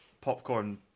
popcorn